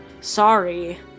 Sorry